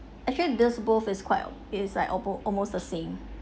actually this both is quite it is like almost almost the same